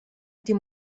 die